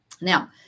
Now